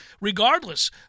regardless